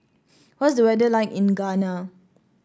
what's the weather like in Ghana